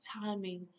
timing